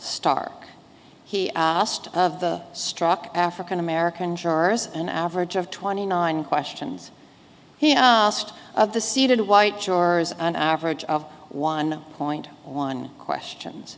star he asked of the struck african american jurors an average of twenty nine questions he asked of the seated white jurors average of one point one questions